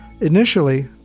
Initially